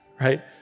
right